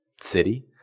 city